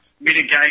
mitigate